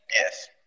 Yes